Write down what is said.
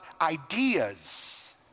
ideas